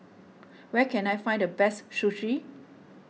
where can I find the best Sushi